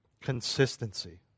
Consistency